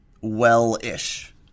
well-ish